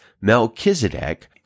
Melchizedek